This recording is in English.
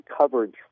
coverage